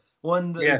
One